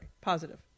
positive